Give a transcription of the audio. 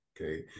Okay